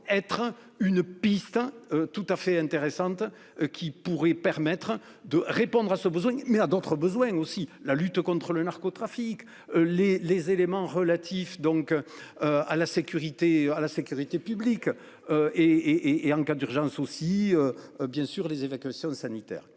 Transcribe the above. être une piste tout à fait intéressante qui pourrait permettre de répondre à ce besoin mais à d'autres besoins aussi la lutte contre le narcotrafic. Les les éléments relatifs donc. À la sécurité à la sécurité publique. Et, et en cas d'urgence aussi. Bien sûr, les évacuations sanitaires.